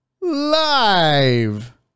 live